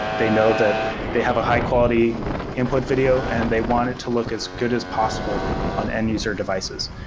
they know that they have a high quality input video and they wanted to look as good as possible on end-user devices.